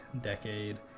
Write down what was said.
decade